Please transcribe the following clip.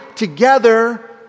Together